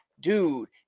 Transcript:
Dude